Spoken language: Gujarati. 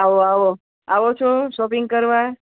આવો આવો આવો છો શોપિંગ કરવા